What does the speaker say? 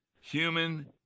human